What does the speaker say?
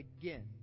again